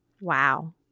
Wow